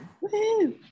Woo